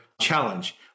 challenge